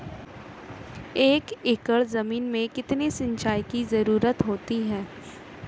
एक एकड़ ज़मीन में कितनी सिंचाई की ज़रुरत होती है?